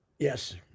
Yes